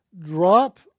drop